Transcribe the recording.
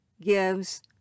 gives